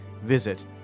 Visit